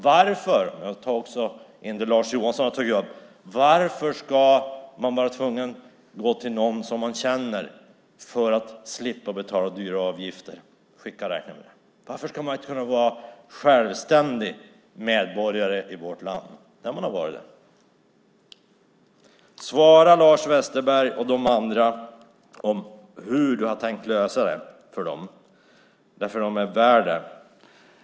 Varför, för att gå in på det Lars Johansson tog upp, ska man vara tvungen att gå till någon som man känner för att slippa betala höga avgifter för att skicka räkningar? Varför kan man inte vara självständig medborgare i vårt land när man har varit det? Svara Lars Westerberg och de andra hur du har tänkt lösa det för dem! De är värda det.